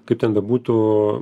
kaip ten bebūtų